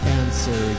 answer